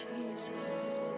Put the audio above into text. Jesus